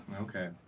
Okay